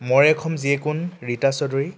মৰে কোন জীয়ে কোন ৰীতা চৌধুৰী